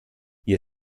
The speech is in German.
ihr